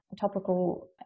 topical